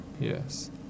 Yes